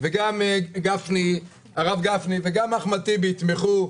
גם הרב גפני וגם אחמד טיבי יתמכו,